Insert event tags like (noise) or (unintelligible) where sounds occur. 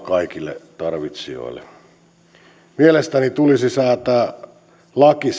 (unintelligible) kaikille tarvitsijoille mielestäni tulisi säätää laki (unintelligible)